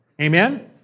Amen